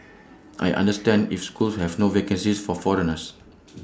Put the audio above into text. I understand if schools have no vacancies for foreigners